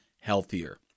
healthier